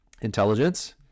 intelligence